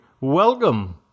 welcome